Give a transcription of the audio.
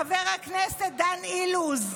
חבר הכנסת דן אילוז,